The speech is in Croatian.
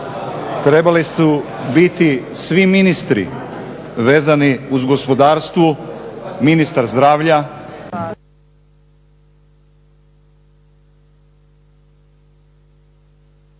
trebali su biti svi ministri vezani uz gospodarstvo, ministar zdravlja.